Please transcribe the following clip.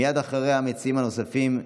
ומייד אחריה המציעים הנוספים,